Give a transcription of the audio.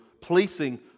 placing